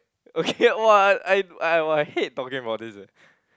okay !wah! I I !wah! I hate talking about this eh